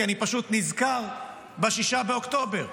כי אני פשוט נזכר ב-6 באוקטובר.